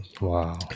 Wow